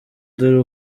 dore